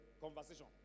conversation